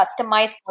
customized